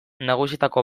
nagusietako